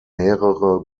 mehrere